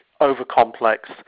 over-complex